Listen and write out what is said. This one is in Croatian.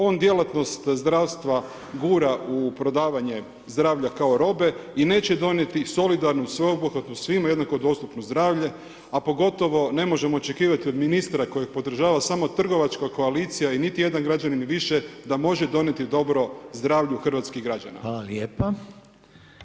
On djelatnost zdravstva gura u prodavanje zdravlja kao robe i neće donijeti solidarnu sveobuhvatnu, svima jednako dostupno zdravlje, a pogotovo ne možemo očekivati od ministra, koje podržava samo trgovačka koalicija i niti jedan građanin više, da može donijeti dobro zdravlju hrvatskih građana.